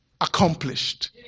accomplished